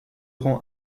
rend